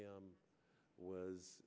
him was